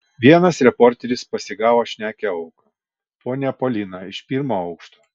vienas reporteris pasigavo šnekią auką ponią poliną iš pirmo aukšto